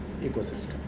ecosystem